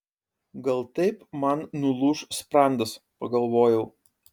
gal taip man nulūš sprandas pagalvojau